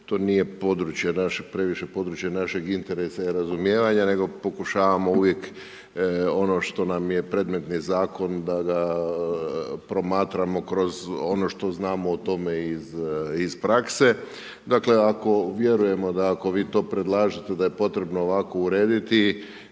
naše, previše područje našeg interesa i razumijevanja, nego pokušavamo uvijek, ono što nam je predmetni zakon, da ga, promatramo kroz ono što znamo o tome iz prakse. Ako vjerujemo ako vi to predlažete, da je potrebno ovako urediti,